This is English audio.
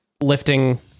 lifting